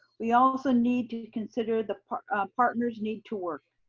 we also need to consider the partner's need to work,